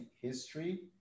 history